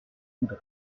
poudre